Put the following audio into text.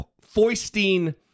foisting